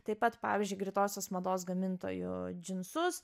taip pat pavyzdžiui greitosios mados gamintojų džinsus